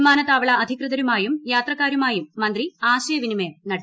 വിമാനത്താവള അധികൃതരുമായും യാത്രക്കാരുമായും മന്ത്രി ആശയവിനിമയം നടത്തി